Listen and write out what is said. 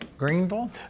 Greenville